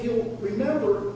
you remember